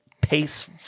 pace